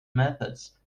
methods